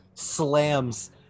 slams